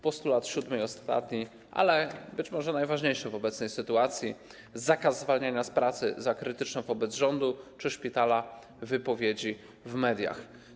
Postulat siódmy i ostatni, ale być może najważniejszy w obecnej sytuacji: zakaz zwalniania z pracy za krytyczne wobec rządu czy szpitala wypowiedzi w mediach.